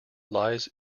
lies